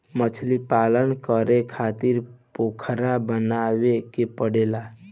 मछलीपालन करे खातिर पोखरा बनावे के पड़ेला